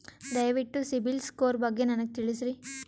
ದಯವಿಟ್ಟು ಸಿಬಿಲ್ ಸ್ಕೋರ್ ಬಗ್ಗೆ ನನಗ ತಿಳಸರಿ?